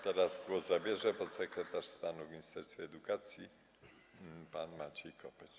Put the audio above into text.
Teraz głos zabierze podsekretarz stanu w Ministerstwie Edukacji Narodowej pan Maciej Kopeć.